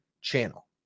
channel